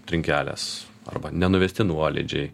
trinkelės arba nenuvesti nuolydžiai